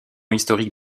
historique